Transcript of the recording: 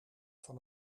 van